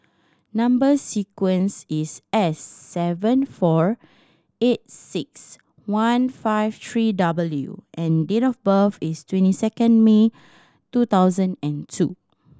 number sequence is S seven four eight six one five three W and date of birth is twenty second May two thousand and two